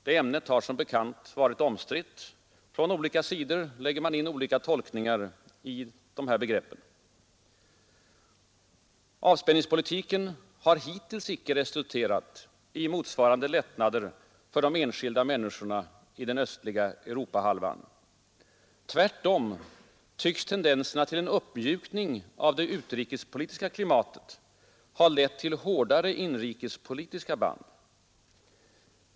Detta ämne har som bekant varit omstritt — från olika sidor lägger man in olika tolkningar i de här begreppen. Avspänningspolitiken har hittills icke resulterat i motsvarande lättnader för de enskilda människorna i den östliga Europahalvan. Tvärtom tycks tendenserna till en uppmjukning av det utrikespolitiska klimatet ha lett till hårdare inrikespolitiska band.